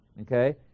Okay